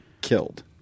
killed